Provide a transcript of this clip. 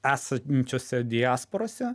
esančiose diasporose